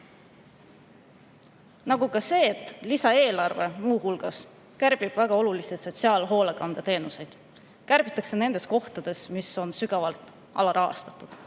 Nagu ka see, et lisaeelarve kärbib muu hulgas väga olulisi sotsiaalhoolekandeteenuseid. Kärbitakse nendes kohtades, mis on sügavalt alarahastatud,